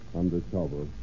undercover